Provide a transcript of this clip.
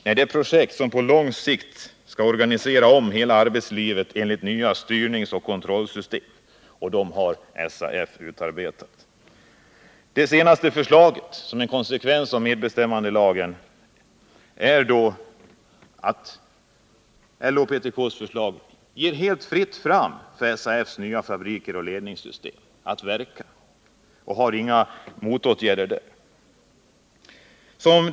Nej, det är projekt för att på sikt Nr 40 organisera om hela arbetslivet enligt nya styrningsoch kontrollsystem som Torsdagen den SAF utarbetat. 29 november 1979 Som en konsekvens av medbestämmandelagen ger LO:s och PTK:s senaste förslag helt fritt fram för SAF:s ”nya fabriker” och ledningssystem att Medbestämmanverka, och facket föreslår där ingen motåtgärd.